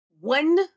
One